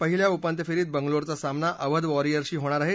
पहिल्या उपांत्य फेरीत बंगलोरचा सामना अवधे वॉरियर्सशी होणार आहे